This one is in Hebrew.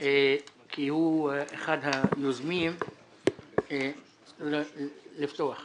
כאחד מיוזמי הדיון לפתוח.